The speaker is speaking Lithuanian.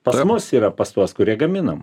paramos yra pas tuos kurie gaminam